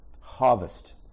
Harvest